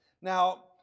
Now